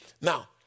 Now